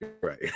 right